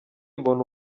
mbona